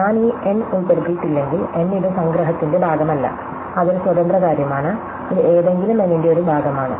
ഞാൻ ഈ n ഉൾപ്പെടുത്തിയിട്ടില്ലെങ്കിൽ n ഇത് സംഗ്രഹ ത്തിന്റെ ഭാഗമല്ല അത് ഒരു സ്വതന്ത്ര കാര്യമാണ് ഇത് ഏതെങ്കിലും n ന്റെ ഒരു ഭാഗമാണ്